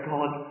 God